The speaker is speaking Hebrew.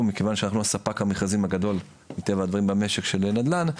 מכיוון שאנחנו ספק המכרזים הגדול מטבע הדברים במשק של נדל"ן,